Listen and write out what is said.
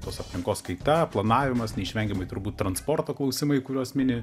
tos aplinkos kaita planavimas neišvengiamai turbūt transporto klausimai kuriuos mini